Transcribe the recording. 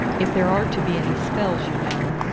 if there are to be any spells, you know,